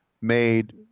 made